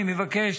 אני מבקש